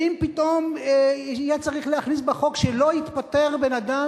ואם פתאום יהיה צריך להכניס בחוק שלא יתפטר בן-אדם